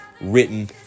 written